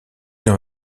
dans